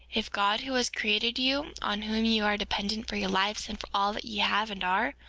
if god, who has created you, on whom you are dependent for your lives and for all that ye have and are,